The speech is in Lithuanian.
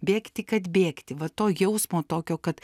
bėgti kad bėgti va to jausmo tokio kad